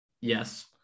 Yes